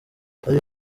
bari